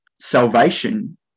salvation